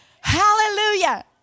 Hallelujah